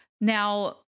Now